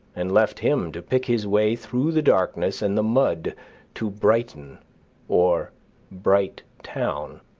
and left him to pick his way through the darkness and the mud to brighton or bright-town